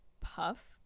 puff